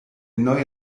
neue